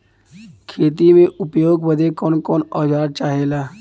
खेती में उपयोग बदे कौन कौन औजार चाहेला?